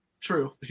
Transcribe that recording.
True